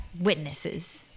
witnesses